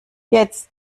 jetzt